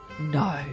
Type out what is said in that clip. No